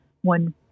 one